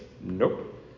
Nope